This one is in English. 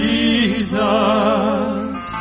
Jesus